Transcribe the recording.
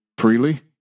freely